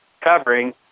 covering